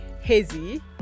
hazy